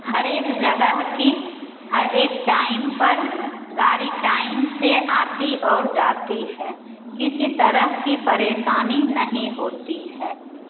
हरेक जगह की हरेक टाइम पर गाड़ी टाइम से आती और जाती है किसी तरह की परेशानी नहीं होती है